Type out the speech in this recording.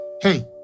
hey